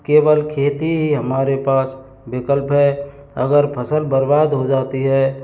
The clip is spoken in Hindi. केवल खेती ही हमारे पास विकल्प है अगर फ़सल बर्बाद हो जाती है